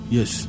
Yes